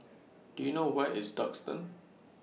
Do YOU know Where IS Duxton